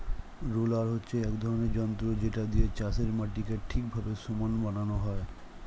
roller হচ্ছে এক রকমের যন্ত্র যেটা দিয়ে চাষের মাটিকে ঠিকভাবে সমান বানানো হয়